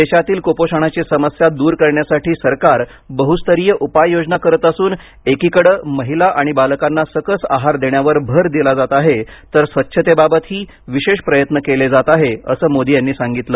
देशातील कुपोषणाची समस्या दूर करण्यासाठी सरकार बहुस्तरीय उपाय योजना करत असून एकीकडे महिला आणि बालकांना सकस आहार देण्यावर भर दिला जात आहे तर स्वच्छतेबाबतही विशेष प्रयत्न केले जात आहेत असं मोदी यांनी सांगितलं